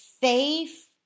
faith